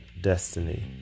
Destiny